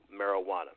marijuana